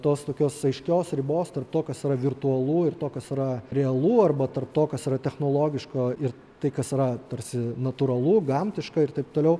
tos tokios aiškios ribos tarp to kas yra virtualu ir to kas yra realu arba tarp to kas yra technologiška ir tai kas yra tarsi natūralu gamtiška ir taip toliau